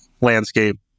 landscape